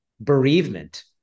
bereavement